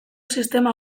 sistema